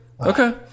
Okay